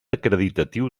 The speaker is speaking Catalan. acreditatiu